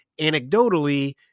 anecdotally